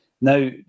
Now